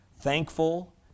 thankful